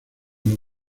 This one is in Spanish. los